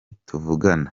tuvugana